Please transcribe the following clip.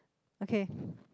okay